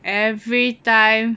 every time